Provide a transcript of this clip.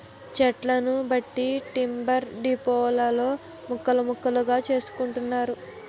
చెట్లను బట్టి టింబర్ డిపోలలో ముక్కలు ముక్కలుగా చేసుకుంటున్నారు